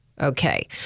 Okay